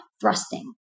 thrusting